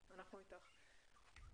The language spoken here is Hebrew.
אנחנו איתך.